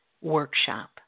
workshop